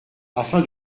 afin